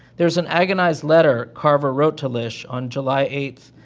there is an agonized letter carver wrote to lish on july eight,